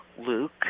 Luke